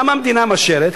למה המדינה מאשרת?